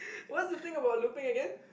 what's the thing about looping again